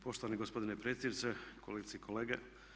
Poštovani gospodine predsjedniče, kolegice i kolege.